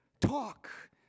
talk